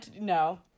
no